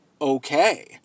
okay